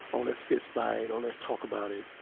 oh, let's fist fight oh, let's talk about it.